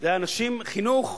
זה חינוך